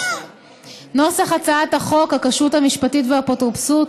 נוסח הצעת חוק הכשרות המשפטית והאפוטרופסות